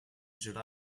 july